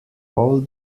all